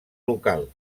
local